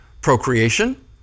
Procreation